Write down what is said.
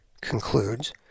concludes